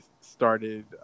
started